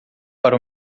para